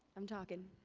i'm talking.